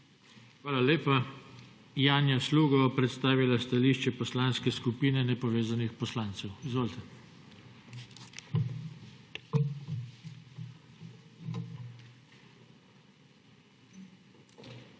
Hvala lepa. Janja Sluga bo predstavila stališče Poslanske skupine nepovezanih poslancev. Izvolite.